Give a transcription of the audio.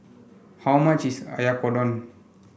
how much is Oyakodon